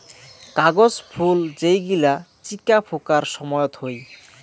কাগজ ফুল যেই গিলা চিকা ফুঁকার সময়ত হই